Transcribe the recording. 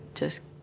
just